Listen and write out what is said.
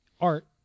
art